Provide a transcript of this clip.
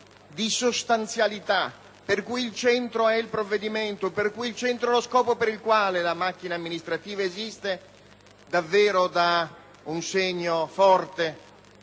di sostanzialità per cui il centro è il provvedimento, per cui il centro è lo scopo per il quale la macchina amministrativa esiste, davvero dà un segno forte